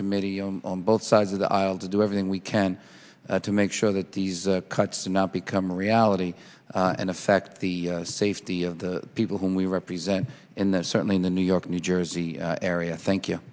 committee on both sides of the aisle to do everything we can to make sure that these cuts not become reality and affect the safety of the people whom we represent and that certainly in the new york new jersey area thank you